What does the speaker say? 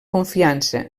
confiança